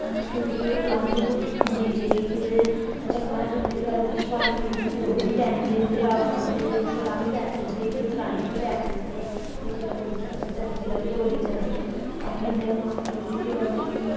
फिर घ्यूर खलांदे जीजे गी फिर चपला जूते बगैरा बी छपैली ओड़दे फिर ओह बी लेंदे उंदे कोला फिर उसी तां बी पेसे दिंदे घ्यूर खलाने दे बी पैसे दिंदे फिर जिसलै कुड़ी सौहरे जंदी जिसलै ओहदी डोली जंदी तां बी उंदे मां प्यो बी फिर उनेंगी